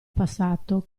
passato